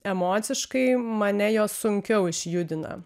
emociškai mane jos sunkiau išjudina